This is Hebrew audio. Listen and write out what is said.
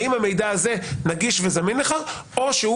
האם המידע הזה נגיש וזמין לך או שהוא,